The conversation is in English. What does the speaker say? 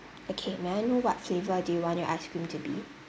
okay may I know what flavour do you want your ice cream to be